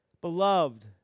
Beloved